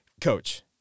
Coach